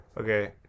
Okay